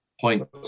point